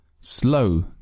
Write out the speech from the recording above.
slow